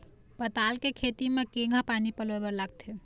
पताल के खेती म केघा पानी पलोए बर लागथे?